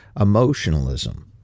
emotionalism